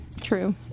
True